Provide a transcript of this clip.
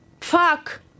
Fuck